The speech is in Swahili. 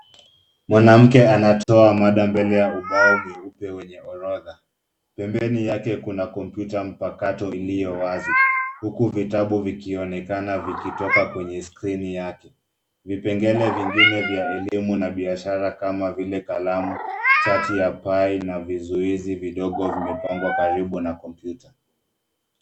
Mwanamke anatoa mada mbele ya ubao mweupe mwenye orodha. Pembeni yake kuna kompyuta mpakato iliyo wazi huku vitabu vikionekana vikitoka kwenye skrini yake. Vipengele vingine vya elimu na biashara kama vile kalamu, chati ya pai na vizuizi vidogo vimepangwa karibu na kompyuta.